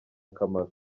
akamaro